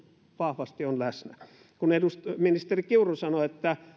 vahvasti on läsnä ministeri kiuru sanoi että